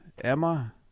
emma